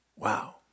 Wow